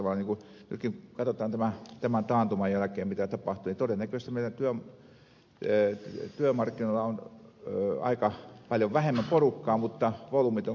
niin kuin nytkin katsotaan tämän taantuman jälkeen mitä tapahtuu ja todennäköisesti meidän työmarkkinoillamme on aika paljon vähemmän porukkaa mutta volyymit ovat kasvaneet yhtä paljon tehdään tuotantoa